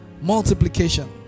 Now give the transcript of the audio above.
Multiplication